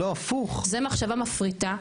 זה מחשבה מפריטה,